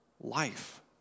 life